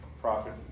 profit